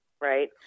Right